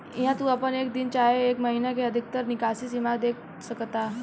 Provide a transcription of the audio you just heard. इहा तू आपन एक दिन के चाहे एक महीने के अधिकतर निकासी सीमा देख सकतार